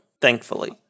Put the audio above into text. thankfully